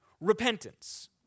repentance